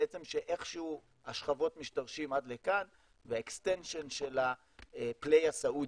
בעצם שאיכשהו השכבות משתרשות עד לכאן וה-extension של הפליי הסעודי,